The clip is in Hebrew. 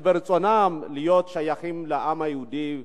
שברצונם להיות שייכים לעם היהודי,